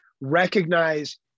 recognize